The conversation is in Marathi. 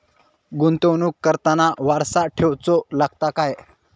गुंतवणूक करताना वारसा ठेवचो लागता काय?